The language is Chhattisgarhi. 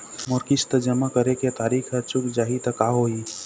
मोर किस्त जमा करे के तारीक हर चूक जाही ता का होही?